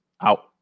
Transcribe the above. out